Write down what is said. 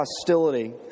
hostility